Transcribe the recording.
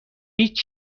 هیچ